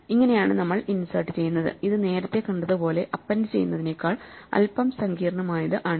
ഇങ്ങനെയാണ് നമ്മൾ ഇൻസെർട്ട് ചെയ്യുന്നത് ഇത് നേരത്തെ കണ്ടതുപോലെ അപ്പെൻഡ് ചെയ്യുന്നതിനേക്കാൾ അൽപ്പം സങ്കീർണ്ണമായത് ആണ്